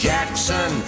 Jackson